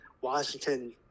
Washington